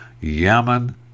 yemen